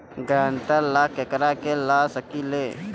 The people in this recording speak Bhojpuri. ग्रांतर ला केकरा के ला सकी ले?